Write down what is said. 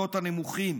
במעמדות הנמוכים.